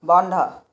বন্ধ